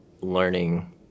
learning